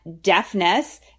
deafness